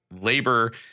labor